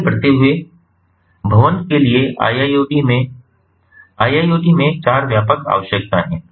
आगे बढ़ते हुए भवन के लिए IIoT में IIoT में 4 व्यापक आवश्यकताएं हैं